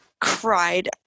cried